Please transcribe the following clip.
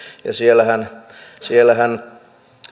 ja siellähän siellähän